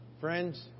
friends